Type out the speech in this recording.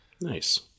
Nice